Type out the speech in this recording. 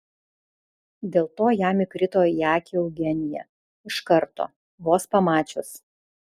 dėl to jam įkrito į akį eugenija iš karto vos pamačius